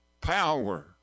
power